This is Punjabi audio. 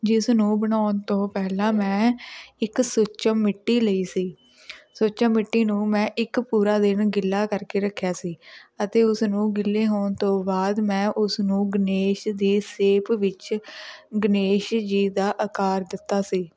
ਜਿਸਨੂੰ ਬਣਾਉਣ ਤੋਂ ਪਹਿਲਾਂ ਮੈਂ ਇੱਕ ਸੁੱਚਮ ਮਿੱਟੀ ਲਈ ਸੀ ਸੁੱਚਮ ਮਿੱਟੀ ਨੂੰ ਮੈਂ ਇੱਕ ਪੂਰਾ ਦਿਨ ਗਿੱਲਾ ਕਰਕੇ ਰੱਖਿਆ ਸੀ ਅਤੇ ਉਸਨੂੰ ਗਿੱਲੇ ਹੋਣ ਤੋਂ ਬਾਅਦ ਮੈਂ ਉਸਨੂੰ ਗਣੇਸ਼ ਦੀ ਸੇਪ ਵਿੱਚ ਗਣੇਸ਼ ਜੀ ਦਾ ਆਕਾਰ ਦਿੱਤਾ ਸੀ